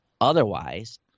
otherwise